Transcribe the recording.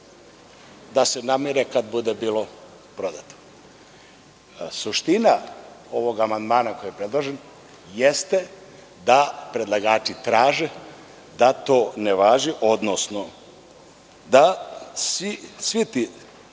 da se namire kad bude bilo prodato. Suština ovog amandmana koji ja predlažem jeste da predlagači traže da to ne važi, odnosno da svi ti